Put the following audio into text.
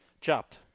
Chopped